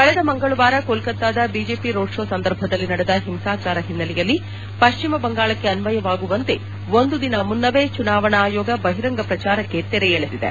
ಕಳೆದ ಮಂಗಳವಾರ ಕೊಲ್ನತಾದ ಬಿಜೆಪಿ ರೋಡ್ ಶೋ ಸಂದರ್ಭದಲ್ಲಿ ನಡೆದ ಹಿಂಸಾಚಾರ ಹಿನ್ನೆಲೆಯಲ್ಲಿ ಪಶ್ಚಿಮ ಬಂಗಾಳಕ್ಕೆ ಅನ್ವಯವಾಗುವಂತೆ ಒಂದು ದಿನ ಮುನ್ನವೇ ಚುನಾವಣಾ ಆಯೋಗ ಬಹಿರಂಗ ಪ್ರಚಾರಕ್ಕೆ ತೆರೆ ಎಳೆದಿದೆ